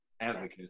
advocate